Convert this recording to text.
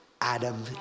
Adam